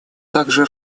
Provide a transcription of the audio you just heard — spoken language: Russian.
также